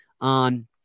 on